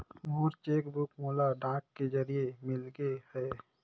मोर cheque book मोला डाक के जरिए मिलगे हे